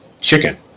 chicken